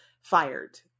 fired